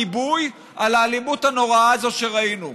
גיבוי על האלימות הנוראה הזאת שראינו.